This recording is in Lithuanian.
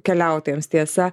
keliautojams tiesa